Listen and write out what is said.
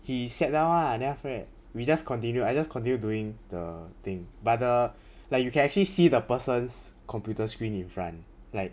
he sat down lah then after that we just continue I just continue doing the thing but the like you can actually see the person's computer screen in front like